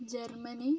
Germany